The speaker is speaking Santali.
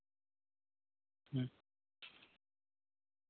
ᱦᱮᱸ